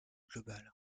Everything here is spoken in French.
global